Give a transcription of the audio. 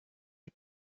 die